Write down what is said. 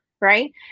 right